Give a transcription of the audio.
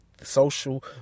social